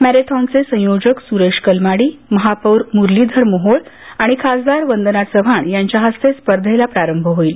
मॅरेथॉनचे संयोजक सुरेश कलमाडी महापौर मुरलीधर मोहोळ आणि खासदार वंदना चव्हाण यांच्या हस्ते स्पर्धेंला प्रारंभ होईल